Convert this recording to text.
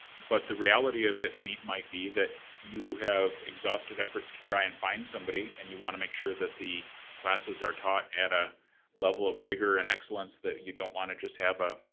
but the reality of it might be that you have exhausted efforts to try and find somebody and you wanna make sure that the classes are taught at a level of rigor and excellence that you don't wanna just have a,